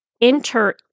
enter